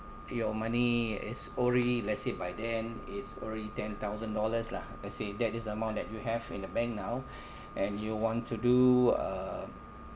your money is already let's say by then it's already ten thousand dollars lah let's say that is the amount that you have in the bank now and you want to do uh